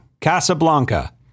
Casablanca